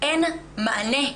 אין מענה.